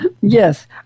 Yes